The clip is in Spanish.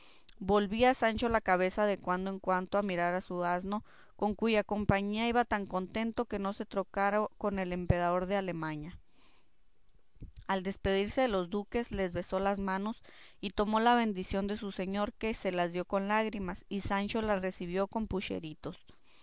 flamantes volvía sancho la cabeza de cuando en cuando a mirar a su asno con cuya compañía iba tan contento que no se trocara con el emperador de alemaña al despedirse de los duques les besó las manos y tomó la bendición de su señor que se la dio con lágrimas y sancho la recibió con pucheritos